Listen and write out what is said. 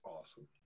awesome